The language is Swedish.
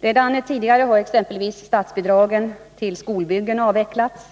Redan tidigare har exempelvis statsbidragen till skolbyggen avvecklats.